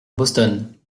boston